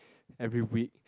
every week